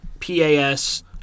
pas